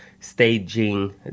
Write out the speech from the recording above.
staging